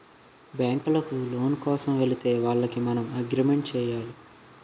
బ్యాంకులకు లోను కోసం వెళితే వాళ్లకు మనం అగ్రిమెంట్ చేయాలి